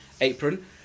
apron